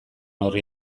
orri